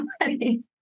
already